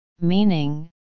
Meaning